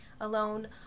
Alone